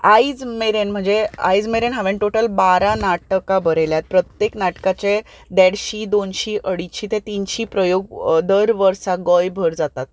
आयज मेरेन म्हणजे आयज मेरेन हांवें टॉटल बारा नाटकां बरयल्यांत प्रत्येक नाटकाचे देडशीं दोनशीं अडेशीं ते तिनशे प्रयोग दर वर्सा गोंयभर जातात